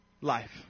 Life